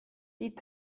die